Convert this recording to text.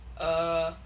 uh